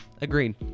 agreed